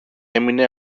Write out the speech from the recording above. έμεινε